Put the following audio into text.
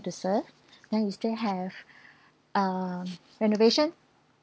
to serve then you still have uh renovation